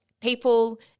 People